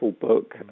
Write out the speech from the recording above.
book